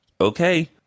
okay